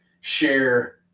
share